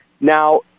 now